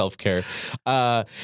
self-care